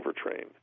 overtrained